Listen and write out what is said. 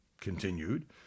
continued